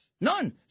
None